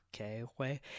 okay